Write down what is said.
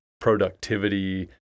productivity